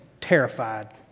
terrified